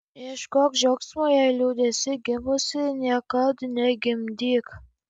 neieškok džiaugsmo jei liūdesy gimusi niekad negimdyk